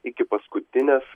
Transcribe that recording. iki paskutinės